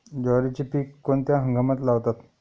ज्वारीचे पीक कोणत्या हंगामात लावतात?